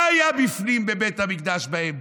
מה היה בפנים בבית המקדש, באמצע?